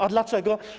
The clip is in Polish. A dlaczego?